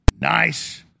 nice